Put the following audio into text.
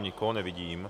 Nikoho nevidím...